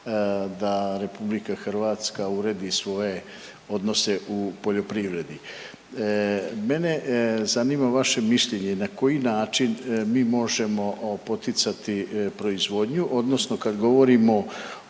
prilika da RH uredi svoje odnose u poljoprivredi. Mene zanima vaše mišljenje, na koji način mi možemo poticati proizvodnju odnosno kad govorimo